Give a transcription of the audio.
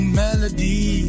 melody